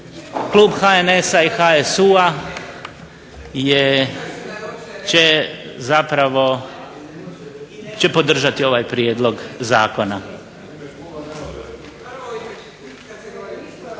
kluba HNS-a i HSU-a će podržati ovaj prijedlog zakona.